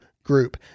Group